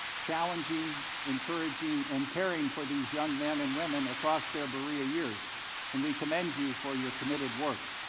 challenging, encouraging and caring for these young men and women across their berea years and we commend you for your committed work.